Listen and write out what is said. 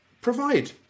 provide